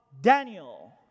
Daniel